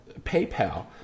PayPal